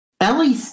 Ellie